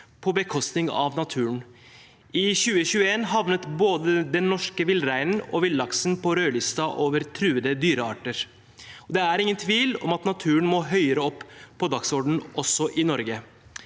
på bekostning av naturen. I 2021 havnet både den norske villreinen og villaksen på rødlisten over truede dyrearter. Det er ingen tvil om at naturen må høyere opp på dagsordenen også i Norge.